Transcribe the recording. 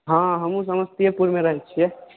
हँ हमहूँ समस्तिएपुरमे रहै छियै